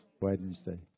Wednesday